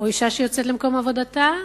או אשה שיוצאת למקום עבודתה,